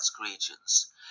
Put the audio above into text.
regions